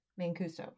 Mancuso